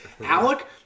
Alec